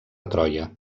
troia